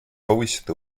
повысит